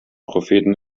propheten